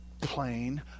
plain